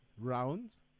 rounds